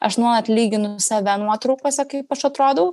aš nuolat lyginu save nuotraukose kaip aš atrodau